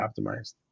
optimized